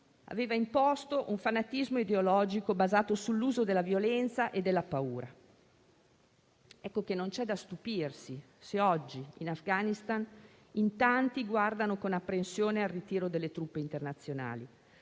aveva imposto un fanatismo ideologico basato sull'uso della violenza e della paura. Non c'è da stupirsi se oggi in Afghanistan in tanti guardano con apprensione al ritiro delle truppe internazionali.